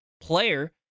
player